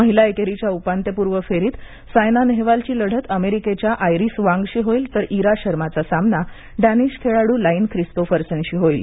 महिला एकेरीच्या उपांत्यपूर्व फेरीत सायना नेहवालची लढत अमेरिकेच्या आयरिस वांगशी होईल तर इरा शर्माचा सामना डॅनिश खेळाडू लाईन ख्रिस्तोफरसनशी होईल